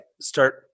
Start